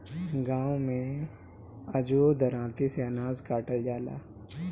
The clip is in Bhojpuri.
गाँव में अजुओ दराँती से अनाज काटल जाला